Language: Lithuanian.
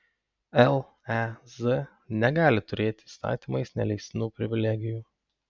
lez negali turėti įstatymais neleistinų privilegijų